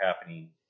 happening